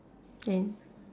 then